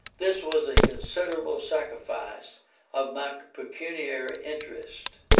this was a considerable sacrifice of my pecuniary interest,